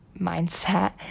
mindset